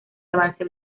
avance